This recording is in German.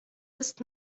ist